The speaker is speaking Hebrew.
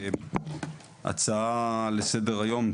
הצעה לסדר היום,